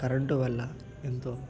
current వల్ల ఎంతో